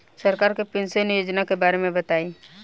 सरकार के पेंशन योजना के बारे में बताईं?